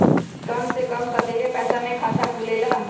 कम से कम कतेइक पैसा में खाता खुलेला?